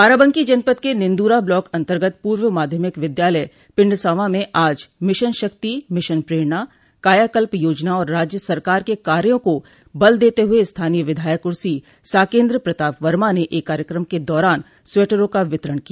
बाराबंकी जनपद के निन्दूरा ब्लाक अन्तर्गत पूर्व माध्यमिक विद्यालय पिंडसावां में आज मिशन शक्ति मिशन प्रेरणा कायाकल्प योजना और राज्य सरकार के कार्यो को बल देते हुए स्थानीय विधायक कुर्सी साकेन्द्र प्रताप वर्मा ने एक कार्यक्रम के दौरान स्वेटरों का वितरण किया